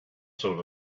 sort